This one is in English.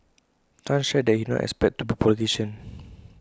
chan shared that he did not expect to be A politician